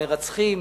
את המרצחים